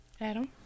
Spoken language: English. Adam